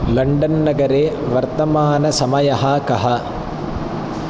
लण्डन्नगरे वर्तमानसमयः कः